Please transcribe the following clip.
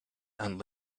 and